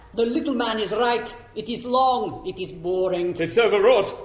the little man is right. it is long. it is boring. it's overwrought.